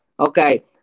Okay